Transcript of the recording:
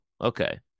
okay